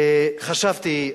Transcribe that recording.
חשבתי,